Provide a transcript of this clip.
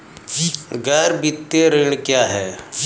गैर वित्तीय ऋण क्या है?